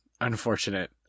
Unfortunate